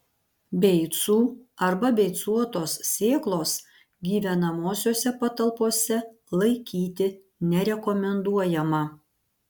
beicų arba beicuotos sėklos gyvenamosiose patalpose laikyti nerekomenduojama